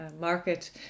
market